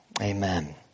Amen